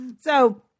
So-